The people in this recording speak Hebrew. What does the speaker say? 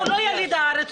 שהוא לא יליד הארץ,